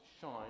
shine